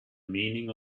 meaning